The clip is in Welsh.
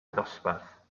ddosbarth